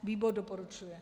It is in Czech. Výbor doporučuje.